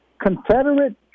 Confederate